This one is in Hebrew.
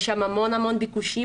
יש שם המון ביקושים,